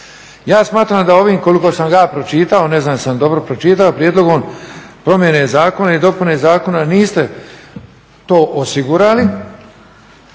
Ja smatram da ovim koliko sam ja pročitao, ne znam jesam dobro pročitao prijedlogom promjene zakona i dopune zakona niste to osigurali